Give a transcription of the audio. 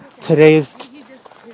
Today's